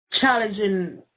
challenging